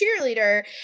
cheerleader